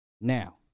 Now